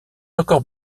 encore